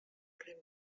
removed